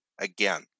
again